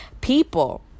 people